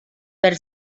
per